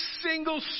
single